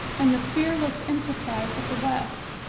and the fearless enterprise of the west.